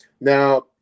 Now